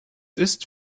ist